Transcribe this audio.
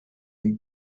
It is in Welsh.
neu